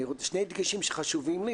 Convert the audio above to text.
שני דגשים שחשובים לי,